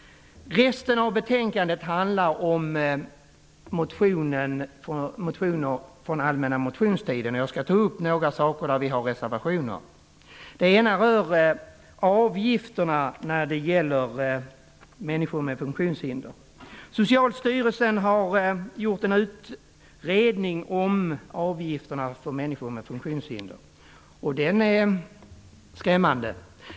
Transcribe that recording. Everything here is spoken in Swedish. Resten av betänkandet behandlar motioner från den allmänna motionstiden. Jag skall ta upp några frågor där vi har reserverat oss. Först till frågan om avgifter när det gäller människor med funktionshinder. Socialstyrelsen har gjort en utredning om avgifterna för människor med funktionshinder. Den är skrämmande.